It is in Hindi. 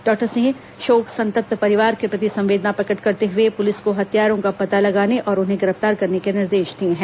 डॉक्टर सिंह शोक संतप्त परिवार के प्रति संवेदना प्रकट करते हुए पुलिस को हत्यारों का पता लगाने और उन्हें गिरफ्तार करने के निर्देश दिए हैं